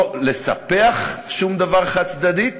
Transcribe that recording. לא לספח שום דבר חד-צדדית